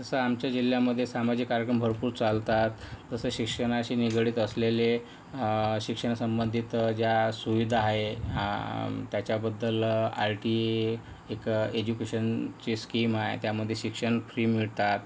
जसं आमच्या जिल्ह्यामध्ये सामाजिक कार्यक्रम भरपूर चालतात तसं शिक्षणाशी निगडित असलेले शिक्षणासंबंधित ज्या सुविधा आहे त्याच्याबद्दल आर टी एक एज्युकेशनची स्कीम आहे त्यामध्ये शिक्षण फ्री मिळतात